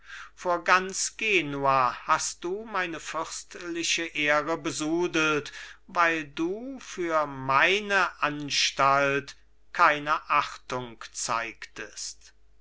vor ganz genua hast du meine fürstliche ehre besudelt weil du für meine anstalt keine achtung zeigtest